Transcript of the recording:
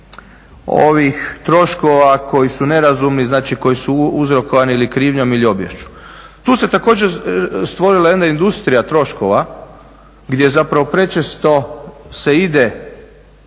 ovih troškova koji su nerazumni, znači koji su uzrokovani ili krivnjom ili obiješću. Tu se također stvorila jedna industrija troškova gdje zapravo prečesto se ide